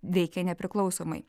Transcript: veikė nepriklausomai